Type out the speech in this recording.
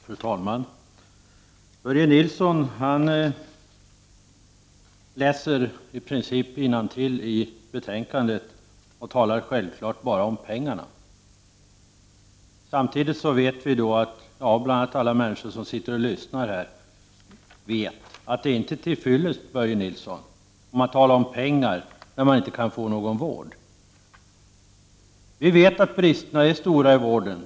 Fru talman! Börje Nilsson läser i princip innantill i betänkandet och talar självklart bara om pengarna. Samtidigt vet vi — bl.a. alla människor som sitter och lyssnar här — att det inte är till fyllest, Börje Nilsson, att tala om pengar när man inte kan få någon vård. Vi vet att bristerna är stora i vården.